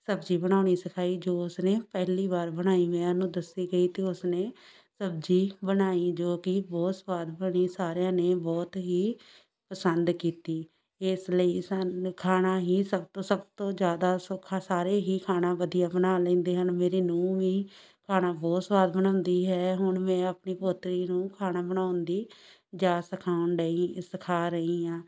ਸਬਜ਼ੀ ਬਣਾਉਣੀ ਸਿਖਾਈ ਜੋ ਉਸਨੇ ਪਹਿਲੀ ਵਾਰ ਬਣਾਈ ਮੈਂ ਉਹਨੂੰ ਦੱਸੀ ਗਈ ਅਤੇ ਉਸਨੇ ਸਬਜ਼ੀ ਬਣਾਈ ਜੋ ਕਿ ਬਹੁਤ ਸਵਾਦ ਬਣੀ ਸਾਰਿਆਂ ਨੇ ਬਹੁਤ ਹੀ ਪਸੰਦ ਕੀਤੀ ਇਸ ਲਈ ਸਾਨੂੰ ਖਾਣਾ ਹੀ ਸਭ ਤੋਂ ਸਭ ਤੋਂ ਜ਼ਿਆਦਾ ਸੌਖਾ ਸਾਰੇ ਹੀ ਖਾਣਾ ਵਧੀਆ ਬਣਾ ਲੈਂਦੇ ਹਨ ਮੇਰੀ ਨੂੰਹ ਵੀ ਖਾਣਾ ਬਹੁਤ ਸਵਾਦ ਬਣਾਉਂਦੀ ਹੈ ਹੁਣ ਮੈਂ ਆਪਣੀ ਪੋਤਰੀ ਨੂੰ ਖਾਣਾ ਬਣਾਉਣ ਦੀ ਜਾਚ ਸਿਖਾਉਣ ਡਈ ਸਿਖਾ ਰਹੀ ਹਾਂ